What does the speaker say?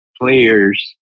players